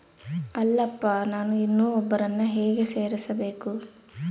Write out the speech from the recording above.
ಅಲ್ಲಪ್ಪ ನಾನು ಇನ್ನೂ ಒಬ್ಬರನ್ನ ಹೇಗೆ ಸೇರಿಸಬೇಕು?